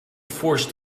force